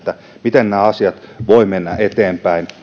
miten nämä asiat voivat mennä eteenpäin